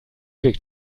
weg